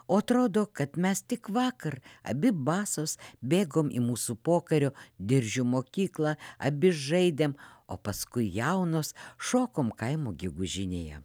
o atrodo kad mes tik vakar abi basos bėgom į mūsų pokario diržių mokyklą abi žaidėm o paskui jaunos šokom kaimo gegužinėje